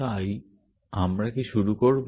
তাই আমরা কি শুরু করব